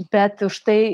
bet už tai